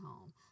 home